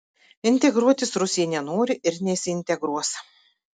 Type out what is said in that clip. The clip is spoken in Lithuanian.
integruotis rusija nenori ir nesiintegruos